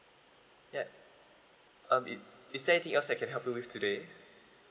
ya um is is there anything else I can help you with today